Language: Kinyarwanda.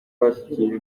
bashyikirijwe